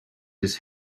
his